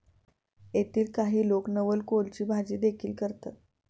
येथील काही लोक नवलकोलची भाजीदेखील करतात